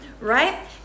right